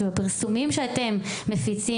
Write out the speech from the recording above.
שבפרסומים שאתם מפיצים,